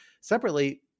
Separately